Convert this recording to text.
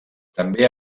també